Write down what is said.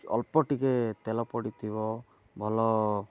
ଅଳ୍ପ ଟିକିଏ ତେଲ ପଡ଼ିଥିବ ଭଲ